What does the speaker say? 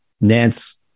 nance